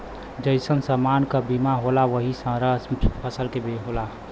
जइसन समान क बीमा होला वही तरह फसल के होला